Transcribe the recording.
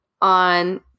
on